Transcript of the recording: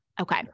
Okay